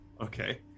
Okay